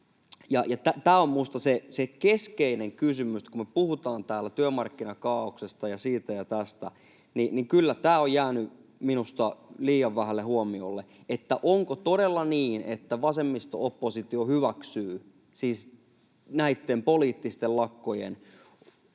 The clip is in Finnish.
Tämä on minusta se keskeinen kysymys, kun me puhutaan täällä työmarkkinakaaoksesta ja siitä ja tästä, ja kyllä tämä on jäänyt minusta liian vähälle huomiolle. Onko todella niin, että vasemmisto-oppositio hyväksyy näitten poliittisten lakkojen valtavat